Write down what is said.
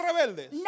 rebeldes